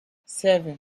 seven